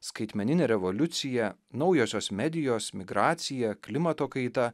skaitmeninė revoliucija naujosios medijos migracija klimato kaita